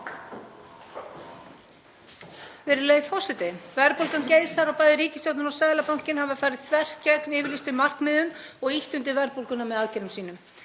Verðbólgan geisar og bæði ríkisstjórnin og Seðlabankinn hafa farið þvert gegn yfirlýstum markmiðum og ýtt undir verðbólguna með aðgerðum sínum.